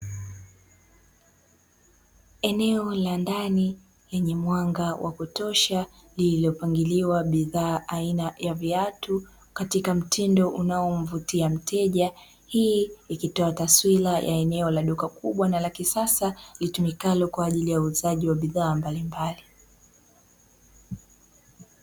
Eneo la ndani lenye mwanga wa kutosha lililopangiliwa bidhaa aina ya viatu katika mtindo unaomvutia mteja, hii ikitoa taswira la eneo la duka kubwa la kisasa litumikalo kwa ajili ya uuzaji wa bidhaa mbalimbali.